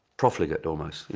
profligate almost, you